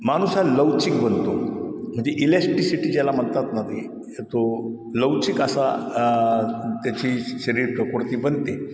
माणूस हा लवचिक बनतो म्हणजे इलॅश्टिशिटी ज्याला म्हणतात ना तो लवचिक असा त्याची शरीर क कुडती बनते